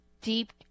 deep